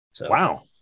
Wow